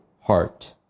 heart